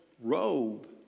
robe